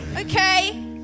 Okay